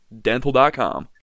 dental.com